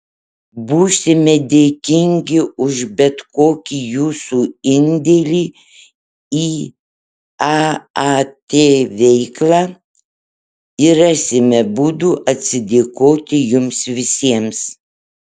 būsime dėkingi už bet kokį jūsų indėlį į aat veiklą ir rasime būdų atsidėkoti jums visiems